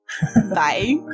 bye